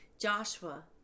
Joshua